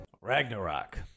Ragnarok